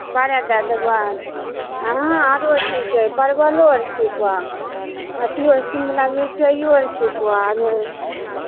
बारह दए देबऽ अहाँ आरो छिकै परवलो और छीकऽ अथियो शिमला मिर्चाइयो और छिकऽ आर